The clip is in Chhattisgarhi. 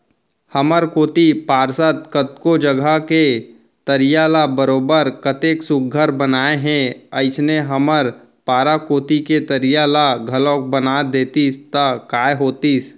हमर कोती पार्षद कतको जघा के तरिया ल बरोबर कतेक सुग्घर बनाए हे अइसने हमर पारा कोती के तरिया ल घलौक बना देतिस त काय होतिस